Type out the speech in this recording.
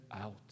out